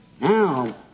Now